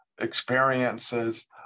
experiences